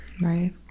right